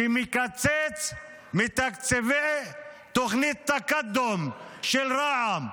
שמקצץ בתקציבי תוכנית תקדום של רע"מ,